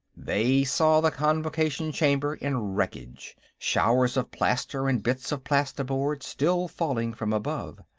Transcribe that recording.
they saw the convocation chamber in wreckage, showers of plaster and bits of plastiboard still falling from above.